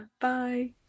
Bye